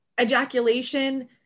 ejaculation